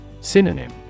Synonym